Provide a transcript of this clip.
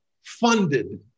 funded